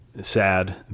sad